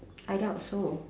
I doubt so